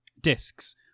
discs